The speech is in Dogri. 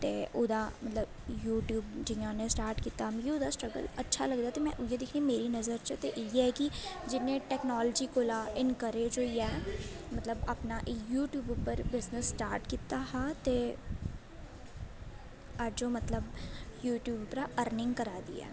ते ओह्दा मतलब यूट्यूब जियां उ'नें स्टार्ट कीता मिगी ओह्दा स्ट्रगल अच्छा लगदा ते में उ'ऐ दिक्खनी मेरी नज़र च ते इ'यै ऐ कि जिनें टैकनालजी कोला इनकर्ज होइयै मतलब अपना यूट्यूब उप्पर बिज़नस स्टार्ट कीता हा ते अज्ज ओह् मतलब यूट्यूब उप्परा अर्निंग करा दी ऐ